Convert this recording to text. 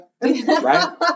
Right